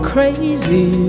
Crazy